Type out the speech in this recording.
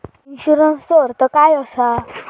इन्शुरन्सचो अर्थ काय असा?